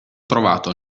trovato